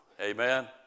Amen